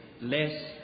less